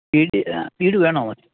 വീട് വീട് വേണോ